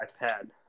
iPad